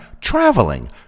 traveling